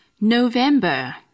November